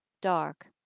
dark